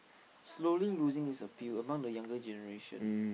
slowly losing it's appeal among younger generations